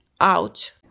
out